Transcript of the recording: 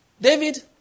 David